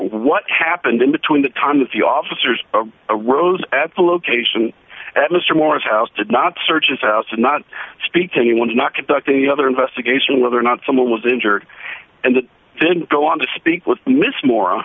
what happened in between the time that the officers a rose at the location at mr morice house did not search his house and not speak to anyone is not conducting the other investigation whether or not someone was injured and then go on to speak with miss moore